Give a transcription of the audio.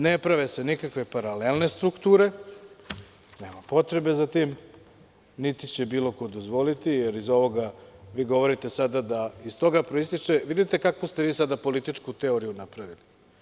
Ne prave se nikakve paralelne strukture, nema potrebe za tim, niti će bilo ko dozvoliti, jer iz ovoga… vi govorite, sada iz toga proističe, vidite kako ste vi sada političku teoriju napravili.